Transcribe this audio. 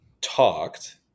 talked